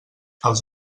els